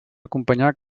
acompanyar